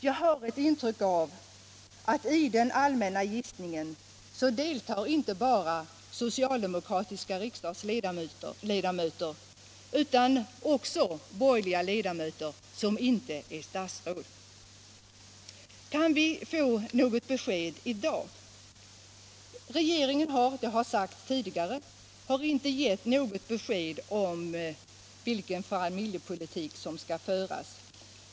Jag har ett intryck av att i den allmänna gissningen deltar inte bara socialdemokratiska ledamöter utan också borgerliga ledamöter som inte är statsråd. Kan vi få veta något i dag? Regeringen har — det har sagts tidigare — inte gett något besked om vilken familjepolitik som skall föras.